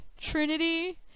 Trinity